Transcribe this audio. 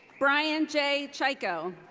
bryan j. chyko.